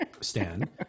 Stan